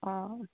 অঁ